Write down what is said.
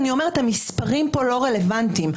המספרים פה לא רלוונטיים.